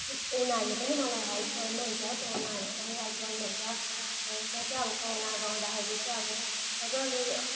उनीहरूले पनि मलाई हेल्प गर्नुहुन्छ पाहुनाहरूले पनि हेल्प गर्नुहुन्छ अनि म चाहिँ अब पाहुनाहरू आउँदाखेरि चाहिँ अब मजाले